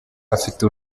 afite